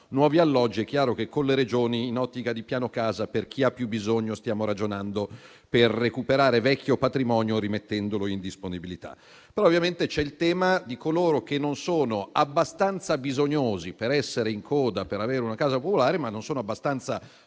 nuovi alloggi. È chiaro che con le Regioni, in ottica di piano casa, per chi ha più bisogno stiamo ragionando per recuperare vecchio patrimonio, rimettendolo in disponibilità. Poi ovviamente c'è il tema di coloro che non sono abbastanza bisognosi per essere in coda per avere una casa popolare, ma non sono abbastanza